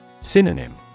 Synonym